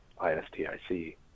ISTIC